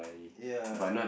ya